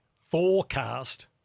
forecast